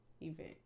event